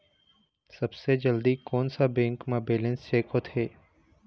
सबसे जल्दी कोन सा बैंक म बैलेंस चेक होथे?